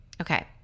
okay